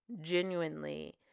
genuinely